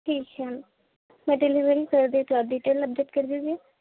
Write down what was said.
ٹھیک ہے میں ڈیلیوری کر دیتی آپ ڈیٹیل اپ ڈیٹ کر دیجٮٔے